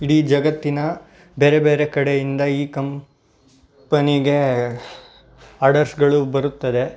ಇಡೀ ಜಗತ್ತಿನ ಬೇರೆ ಬೇರೆ ಕಡೆಯಿಂದ ಈ ಕಂಪನಿಗೆ ಆರ್ಡರ್ಸ್ಗಳು ಬರುತ್ತದೆ